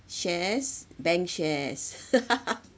shares bank shares